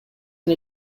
and